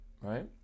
right